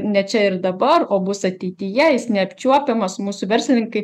ne čia ir dabar o bus ateityje jis neapčiuopiamas mūsų verslininkai